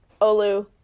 Olu